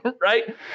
right